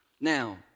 Now